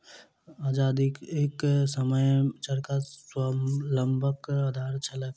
आजादीक समयमे चरखा स्वावलंबनक आधार छलैक